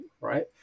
right